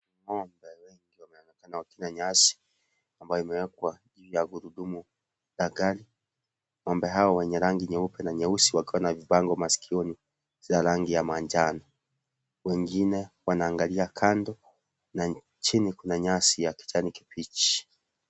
Ng'ombe wanaonekana wakila nyasi ambayo imewekwa juu ya gurudumu la gari. Ng'ombe hao wenye rangi nyeupe na nyeusi wakiwa na vibango masikioni za rangi ya manjano wengine wanaangalia kando na chini kuna nyasi ya kijani kibichi.